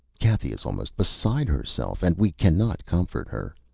cathy is almost beside herself, and we cannot comfort her.